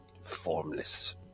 formless